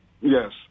Yes